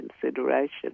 consideration